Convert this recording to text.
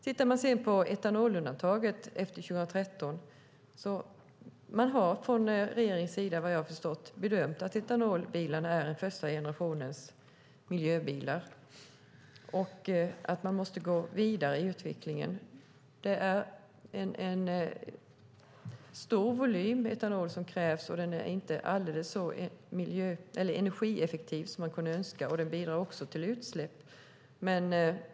När det gäller etanolundantaget efter 2013 har regeringen bedömt att etanolbilarna är första generationens miljöbilar och att man måste gå vidare i utvecklingen. Det är en stor volym etanol som krävs, och den är inte så energieffektiv som man skulle kunna önska. Det bidrar också till utsläpp.